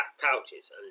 pouches